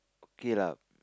okay lah